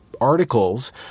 articles